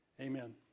amen